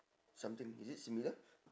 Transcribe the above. something is it similar